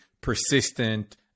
persistent